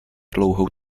dlouhou